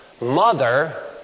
mother